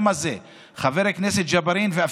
חבר הכנסת ג'בארין עדיין,